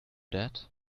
that